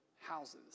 houses